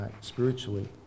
spiritually